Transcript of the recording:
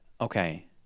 Okay